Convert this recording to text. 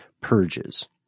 purges